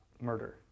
murder